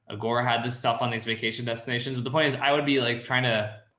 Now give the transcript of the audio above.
ah gore had this stuff on these vacation destinations with the players. i would be like trying to,